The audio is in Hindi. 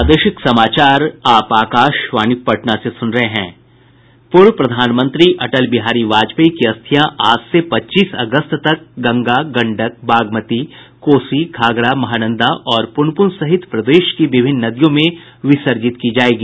पूर्व प्रधानमंत्री अटल बिहारी वाजपेयी की अरिथयां आज से पच्चीस अगस्त तक गंगा गंडक बागमती कोसी घाघरा महानंदा और प्रनपुन सहित प्रदेश की विभिन्न नदियों में विसर्जित की जायेगी